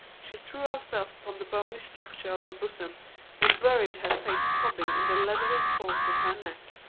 she threw herself upon the bony structure of her bosom and buried her face sobbing in the leathery folds of her neck.